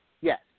Yes